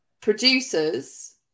producers